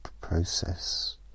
process